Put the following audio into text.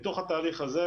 מתוך התהליך הזה,